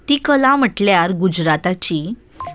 ती कला म्हटल्यार गुजराताची